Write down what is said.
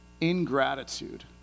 ingratitude